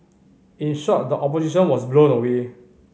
in short the opposition was blown away